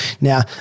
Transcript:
Now